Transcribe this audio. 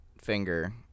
finger